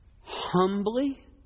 humbly